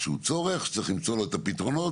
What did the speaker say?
צורך שיש למצוא לו פתרונות,